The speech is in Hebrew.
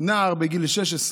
נער בגיל 16,